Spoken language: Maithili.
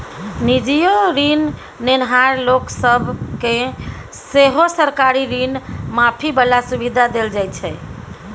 निजीयो ऋण नेनहार लोक सब केँ सेहो सरकारी ऋण माफी बला सुविधा देल जाइ छै